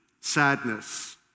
sadness